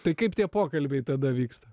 tai kaip tie pokalbiai tada vyksta